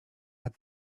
had